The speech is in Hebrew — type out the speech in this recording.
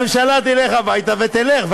והממשלה תלך הביתה, ותלך.